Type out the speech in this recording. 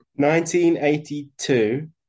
1982